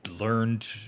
learned